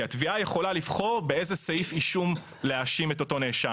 כי התביעה יכולה לבחור באיזה סעיף אישום להאשים את אותו נאשם.